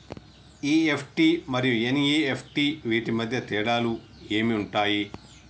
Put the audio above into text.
EFT మరియు NEFT వీటి మధ్య తేడాలు ఏమి ఉంటాయి?